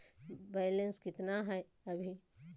Balance केतना हय अभी?